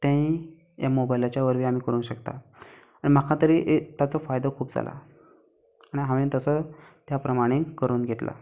तें हें मोबायलाच्या वरवीं आमीं करूंक शकता आनी म्हाका तरी ताचो फायदो खूब जाला आनी हांवें तसो त्या प्रमाणें करून घेतला